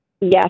Yes